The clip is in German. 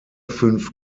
fünf